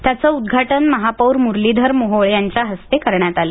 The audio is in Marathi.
त्याचं उद्घाटन महापौर मुरलीधर मोहोळ यांच्या हस्ते करण्यात आलं